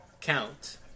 count